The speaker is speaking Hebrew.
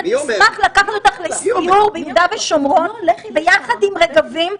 אני אשמח לקחת אותך לסיור ביהודה ושומרון ביחד עם רגבים,